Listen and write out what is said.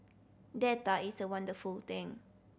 data is a wonderful thing